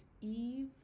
Eve